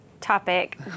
topic